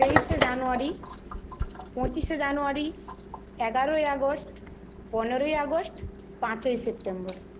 তেইশে জানুয়ারি পঁচিশে জানুয়ারি এগারোই আগস্ট পনরোই আগস্ট পাঁচই সেপ্টেম্বর